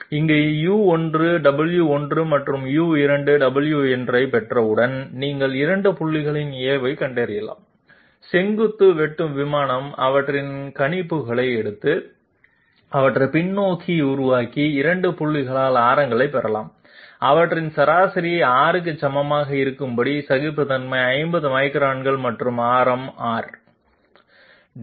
நீங்கள் u1 w1 மற்றும் u2 w2 ஐப் பெற்றவுடன் நீங்கள் 2 புள்ளிகளில் இயல்புகளைக் கண்டறியலாம் செங்குத்து வெட்டும் விமானத்தில் அவற்றின் கணிப்புகளை எடுத்து அவற்றைப் பின்னோக்கி உருவாக்கி 2 புள்ளிகளில் ஆரங்களைப் பெறலாம் அவற்றின் சராசரி R க்கு சமமாக இருக்கும் படிவ சகிப்புத்தன்மை 50 மைக்ரான்கள் மற்றும் ஆரம் R